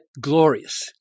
glorious